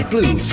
Blue